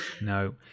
No